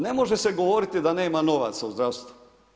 Ne može se govoriti da nema novaca u zdravstvu.